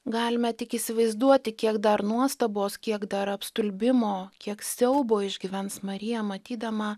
galime tik įsivaizduoti kiek dar nuostabos kiek dar apstulbimo kiek siaubo išgyvens marija matydama